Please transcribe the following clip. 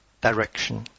direction